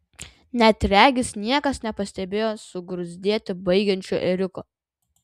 net regis niekas nepastebėjo sugruzdėti baigiančio ėriuko